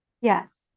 yes